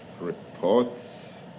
Reports